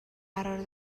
قرار